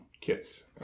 kits